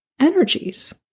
energies